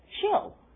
chill